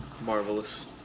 marvelous